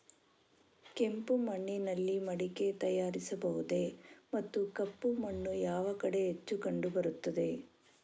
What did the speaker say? ಕೆಂಪು ಮಣ್ಣಿನಲ್ಲಿ ಮಡಿಕೆ ತಯಾರಿಸಬಹುದೇ ಮತ್ತು ಕಪ್ಪು ಮಣ್ಣು ಯಾವ ಕಡೆ ಹೆಚ್ಚು ಕಂಡುಬರುತ್ತದೆ?